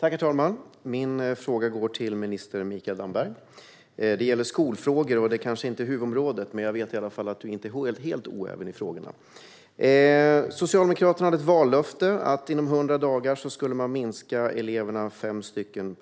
Herr talman! Min fråga går till minister Mikael Damberg och gäller skolfrågor. Det är kanske inte ministerns huvudområde, men jag vet i alla fall att du inte är helt oäven när det gäller de frågorna. Socialdemokraterna hade ett vallöfte: Inom 100 dagar skulle man minska antalet elever per klass med fem stycken.